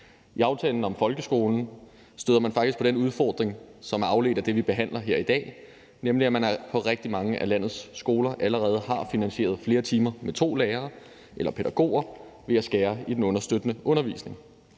I aftalen om folkeskolen støder man faktisk på den udfordring, som er afledt af det, vi behandler her i dag, nemlig at man på rigtig mange af landets skoler allerede har finansieret flere timer med to lærere eller pædagoger ved at skære i den understøttende undervisning.